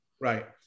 Right